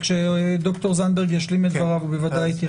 איל זנדברג בדבריו ודאי יתייחס.